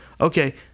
Okay